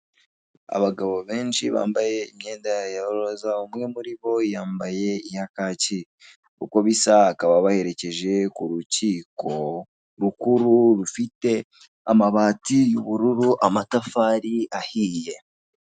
Abagabo benshi bambaye imyenda ya rosa, umwe muri bo yambaye iya kake uko bisa akaba abaherekeje ku rukiko rukuru rufite amabati y'ubururu, amatafari ahiye.